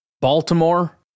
Baltimore